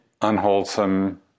unwholesome